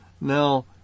now